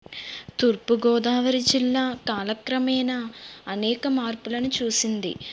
తూర్పుగోదావరి జిల్లా కాలక్రమేణా అనేక మార్పులను చూసింది